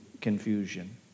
confusion